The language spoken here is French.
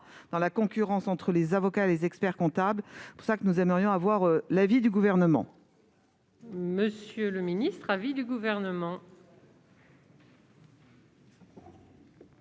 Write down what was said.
dans la concurrence entre les avocats et les experts-comptables. C'est pour cette raison que nous aimerions avoir l'avis du Gouvernement. Quel est l'avis du Gouvernement